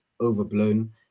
overblown